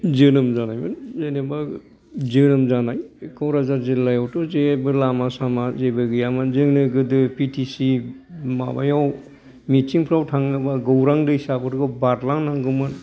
जोनोम जानायमोन जेनोबा जोनोम जानाय क'काझार जिल्लायावथ' जेबो लामा सामा जेबो गैयामोन जोंनो गोदो बि टि चि माबायाव मिथिंफ्राव थाङोबा गौरां दैसाफोरखौ बारलांनांगौमोन